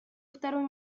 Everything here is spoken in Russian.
второй